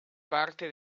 parte